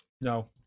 No